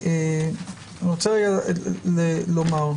אני רוצה לומר,